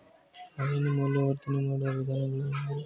ಹಾಲಿನ ಮೌಲ್ಯವರ್ಧನೆ ಮಾಡುವ ವಿಧಾನಗಳೇನು?